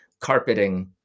carpeting